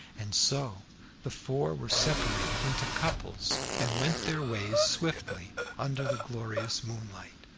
and so the four were separated into couples, and went their ways swiftly under the glorious moonlight.